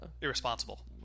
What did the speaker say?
irresponsible